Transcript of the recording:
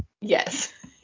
yes